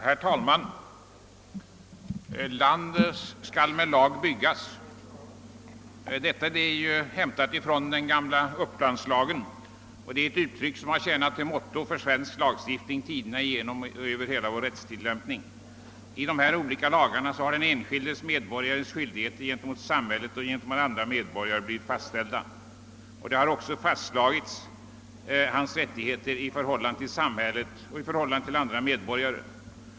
Herr talman! »Land skall med lag byggas.» Detta är hämtat från den gamla Upplandslagen och har tjänat som motto för svensk lagstiftning och hela vår rättstillämpning tiderna igenom. I de olika lagarna har en enskild medborgares skyldigheter gentemot samhället och andra medborgare blivit fastställda. Även hans rättigheter i förhållande till samhället och till andra medborgare har fastslagits.